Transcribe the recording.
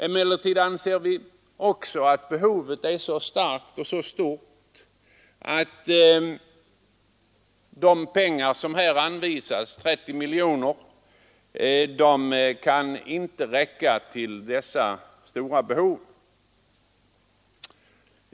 Emellertid anser vi också att behovet är så stort att det belopp som har anvisats, 30 miljoner kronor, inte kan räcka för att tillgodose de stora behoven.